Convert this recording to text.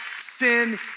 sin